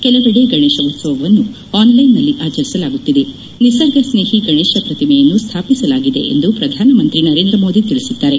ಕೆಲವೆದೆ ಗಣೇಶ ಉತ್ಪವವನ್ನು online ನಲ್ಲಿ ಆಚರಿಸಲಾಗುತ್ತಿದೆ ನಿಸರ್ಗ ಸ್ನೇಹಿ ಗಣೇಶ ಪ್ರತಿಮೆಯನ್ನು ಸ್ಥಾಪಿಸಲಾಗಿದೆ ಎಂದು ಪ್ರಧಾನಮಂತ್ರಿ ನರೇಂದ್ರ ಮೋದಿ ತಿಳಿಸಿದ್ದಾರೆ